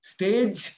Stage